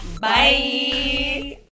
bye